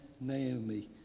Naomi